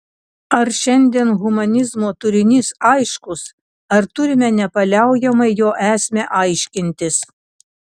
ar šiandien humanizmo turinys aiškus ar turime nepaliaujamai jo esmę aiškintis